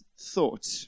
thought